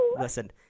Listen